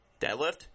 Deadlift